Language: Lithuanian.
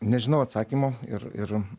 nežinau atsakymo ir ir